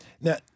Now